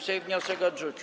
Sejm wniosek odrzucił.